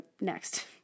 next